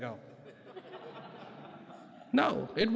go no it